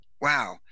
Wow